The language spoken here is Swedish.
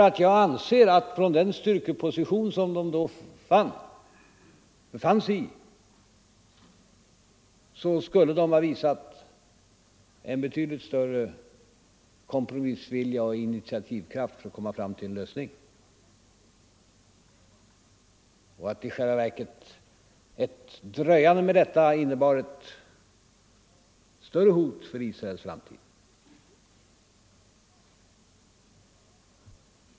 Jag Ang. läget i anser nämligen att från den styrkeposition som Israel då befann sig i Mellersta Östern, skulle man ha visat betydligt större kompromissvilja och initiativkraft — m.m. för att nå fram till en lösning. I själva verket innebar ett dröjsmål med detta ett starkt hot mot Israels framtid.